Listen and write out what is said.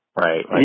right